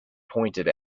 pointed